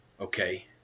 okay